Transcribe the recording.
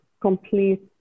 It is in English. complete